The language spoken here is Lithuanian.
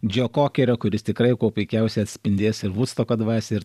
džo kokerio kuris tikrai kuo puikiausiai atspindės ir vudstoko dvasią ir